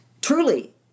truly